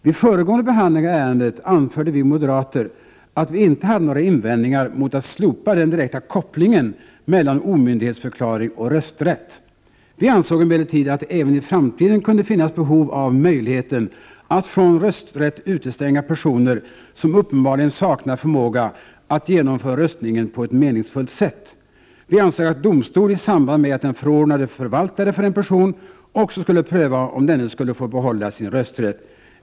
Vid föregående behandling av ärendet anförde vi moderater att vi inte hade några invändningar mot att slopa den direkta kopplingen mellan omyndighetsförklaring och rösträtt. Vi ansåg emellertid att det även i framtiden kunde finnas behov av möjligheten att från rösträtt utestänga personer som uppenbarligen saknar 13 förmåga att genomföra röstningen på ett meningsfullt sätt. Vi ansåg att domstol i samband med att den förordnade förvaltare för en person också skulle pröva om denne skulle få behålla sin rösträtt.